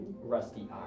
rusty